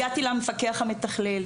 הגעתי למפקח המתכלל,